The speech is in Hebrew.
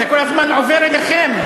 זה כל הזמן עובר אליכם.